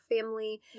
family